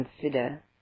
consider